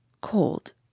Cold